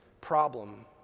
problem